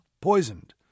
Poisoned